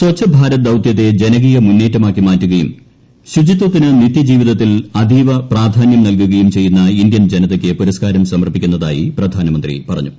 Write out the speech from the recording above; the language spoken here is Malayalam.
സച്ച് ഭാരത് ദൌത്യത്തെ ജനകീയ മുന്നേറ്റമാക്കി മാറ്റുകയും ശുചിത്വത്തിന് നിതൃ ജീവിതത്തിൽ അതീവ പ്രാധാന്യം നൽകുകയും ചെയ്യുന്ന ഇന്ത്യൻ ജനതയ്ക്ക് പുരസ്കാരം സമർപ്പിക്കുന്നതായി പ്രധാനമന്ത്രി പറഞ്ഞു